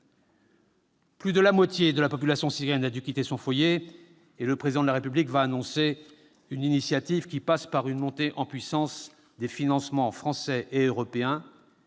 Plus de la moitié de la population syrienne a dû quitter son foyer. Le Président de la République va annoncer une initiative qui passe par une montée en puissance des financements français et européens